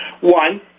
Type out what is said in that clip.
One